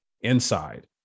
inside